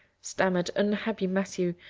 stammered unhappy matthew,